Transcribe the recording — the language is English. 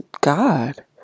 god